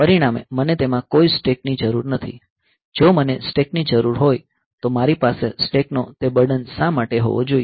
પરિણામે મને તેમાં કોઈ સ્ટેક ની જરૂર નથી જો મને સ્ટેક્સની જરૂર હોય તો મારી પાસે સ્ટેકનો તે બર્ડન શા માટે હોવો જોઈએ